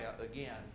again